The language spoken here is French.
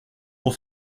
pour